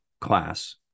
class